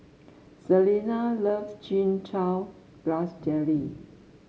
Selina loves Chin Chow Grass Jelly